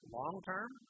long-term